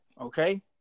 Okay